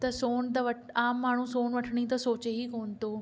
त सोनु त वठु आम माण्हू सोन वठण जी सोचे ई कोन थो